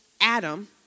Adam